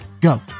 Go